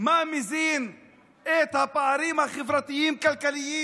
מה מזין את הפערים החברתיים-כלכליים.